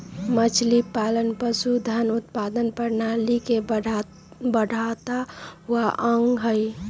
मछलीपालन पशुधन उत्पादन प्रणाली के बढ़ता हुआ अंग हई